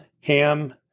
Ham